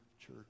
church